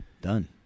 Done